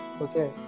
Okay